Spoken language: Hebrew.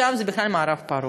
שם זה בכלל המערב הפרוע.